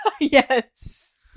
Yes